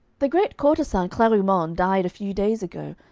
the great courtesan clarimonde died a few days ago,